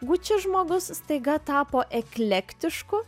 gucci žmogus staiga tapo eklektišku